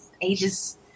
ages